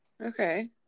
Okay